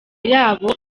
yabo